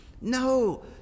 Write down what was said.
No